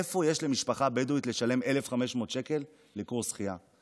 איפה יש למשפחה בדואית לשלם 1,500 שקל לקורס שחייה?